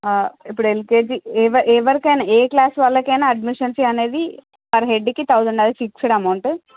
ఇప్పుడు ఎల్కేజీ ఎవరికైనా ఏ క్లాసు వాళ్లకైనా అడ్మిషన్ ఫీ అనేది ఫర్ హెడ్డికి థౌజండ్ అనేది ఫిక్స్డ్ అమౌంటు